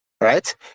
right